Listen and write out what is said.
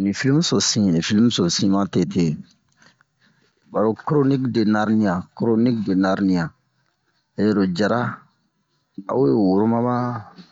Ni filmu so sin ni filmu so sin matete baro kronik-de-nariɲa kronik-de-nariɲa he ro jara ba we woro ma ba